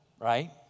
Right